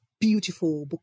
beautiful